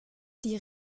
die